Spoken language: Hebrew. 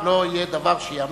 ולא יהיה דבר שייאמר,